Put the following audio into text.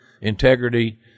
integrity